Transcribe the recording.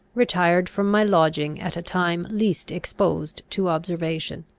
retired from my lodging at a time least exposed to observation.